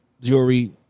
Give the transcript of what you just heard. jewelry